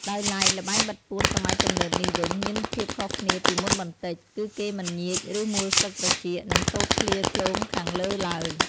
ដោយឡែកល្បែងបិទបួនសម័យទំនើបនេះវិញ មានភាពខុសគ្នាពីមុនបន្តិច គឺគេមិនញៀច ឬ មូលស្លឹកត្រចៀក និងសូត្រឃ្លាឃ្លោងខាងលើឡើយ។